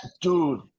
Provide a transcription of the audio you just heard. dude